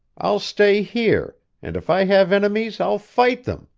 i'll stay here, and if i have enemies i'll fight them!